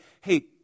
hey